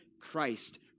Christ